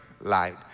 light